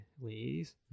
please